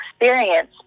experience